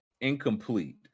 incomplete